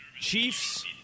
Chiefs